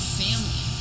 family